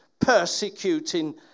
persecuting